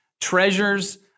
treasures